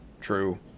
true